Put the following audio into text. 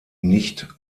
nicht